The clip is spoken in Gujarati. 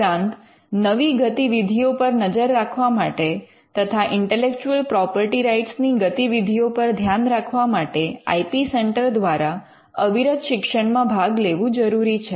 ઉપરાંત નવી ગતિવિધિઓ પર નજર રાખવા માટે તથા ઇન્ટેલેક્ચુઅલ પ્રોપર્ટી રાઇટ્સ ની ગતિવિધિઓ પર ધ્યાન રાખવા માટે આઇ પી સેન્ટર દ્વારા અવિરત શિક્ષણમાં ભાગ લેવું જરૂરી છે